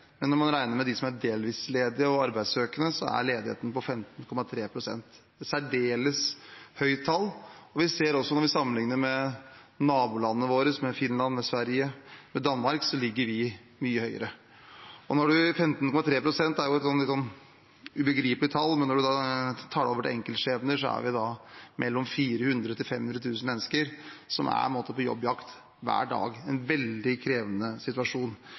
og arbeidssøkende, er ledigheten på 15,3 pst. – et særdeles høyt tall. Vi ser også at når vi sammenligner med nabolandene våre, med Finland, med Sverige, med Danmark, ligger vi mye høyere. 15,3 pst. er jo et litt ubegripelig tall, men når man tar det over til enkeltskjebner, er det mellom 400 000 og 500 000 mennesker som er på jobbjakt hver dag – en veldig krevende situasjon.